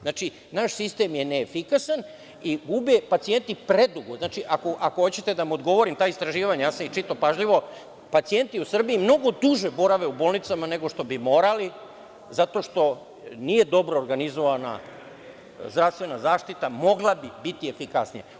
Znači, naš sistem je neefikasan i gube pacijenti predugo, ako hoćete da vam odgovorim, ta istraživanja, ja sam ih čitao pažljivo, pacijenti u Srbiji mnogo duže borave u bolnicama nego što bi morali, zato što nije dobro organizovana zdravstvena zaštita, mogla bi biti efikasnija.